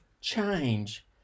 change